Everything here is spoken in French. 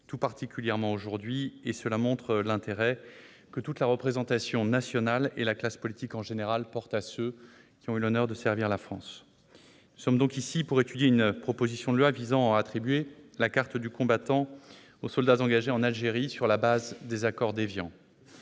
tout particulièrement aujourd'hui. Ce débat montre l'intérêt que toute la représentation nationale et la classe politique en général portent à ceux qui ont eu l'honneur de servir la France. Nous sommes réunis pour étudier une proposition de loi visant à attribuer la carte du combattant aux soldats engagés en Algérie sur la base des accords d'Évian.